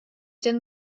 denn